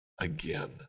again